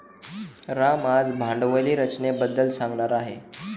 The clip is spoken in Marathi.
राम आज भांडवली रचनेबद्दल सांगणार आहे